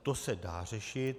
To se dá řešit.